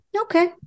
okay